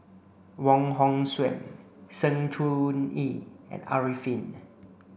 Wong Hong Suen Sng Choon Yee and Arifin